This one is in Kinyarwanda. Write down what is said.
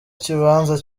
ikibanza